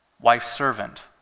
Wife-servant